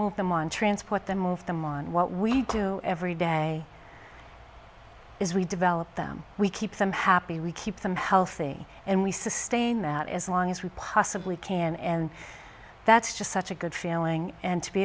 move them on transport them move them on what we do every day is we develop them we keep them happy we keep them healthy and we sustain that as long as we possibly can and that's just such a good feeling and to be